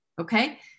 Okay